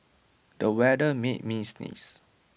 the weather made me sneeze